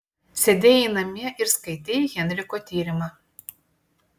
sėdėjai namie ir skaitei henriko tyrimą